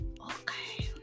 okay